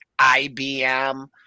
ibm